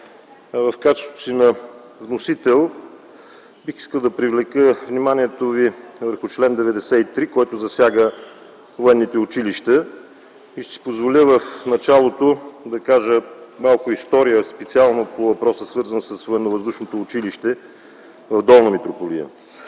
В качеството си на вносител бих искал да привлека вниманието ви върху чл. 93, който засяга военните училища. Ще си позволя в началото да кажа малко история, специално свързана с въпроса за Военновъздушното училище в Долна Митрополия